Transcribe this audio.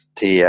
Thì